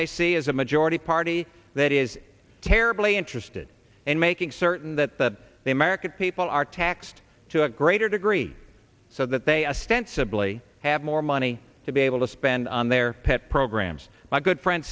they see is a majority party that is terribly interested in making certain that the the american people are taxed to a greater degree so that they a stent sibly have more money to be able to spend on their pet programs my good friend